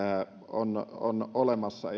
on olemassa